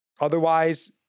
Otherwise